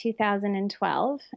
2012